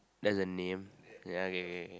that's the name ya okay okay okay